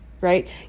right